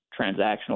transactional